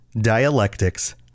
dialectics